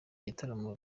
ibitaramo